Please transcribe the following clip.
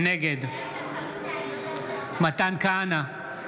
נגד מתן כהנא,